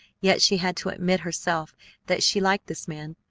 yet she had to admit herself that she liked this man,